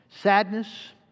sadness